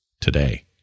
today